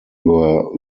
were